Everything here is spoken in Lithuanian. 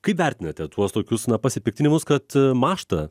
kaip vertinate tuos tokius na pasipiktinimus kad mažta